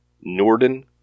Norden